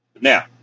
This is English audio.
Now